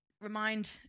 remind